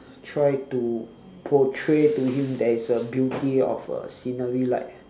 try to portray to him there is a beauty of a scenery like